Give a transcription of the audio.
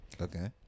Okay